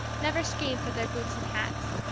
never schemed for their boots and hats,